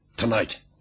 Tonight